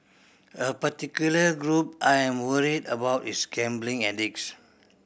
a particular group I am worried about is gambling addicts